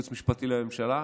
ייעוץ משפטי לממשלה,